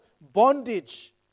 bondage